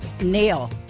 nail